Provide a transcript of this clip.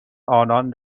آنان